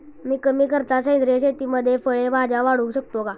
मी कमी खर्चात सेंद्रिय शेतीमध्ये फळे भाज्या वाढवू शकतो का?